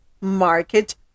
market